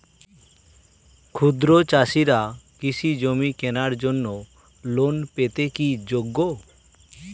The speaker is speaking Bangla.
ক্ষুদ্র চাষিরা কৃষিজমি কেনার জন্য লোন পেতে কি যোগ্য?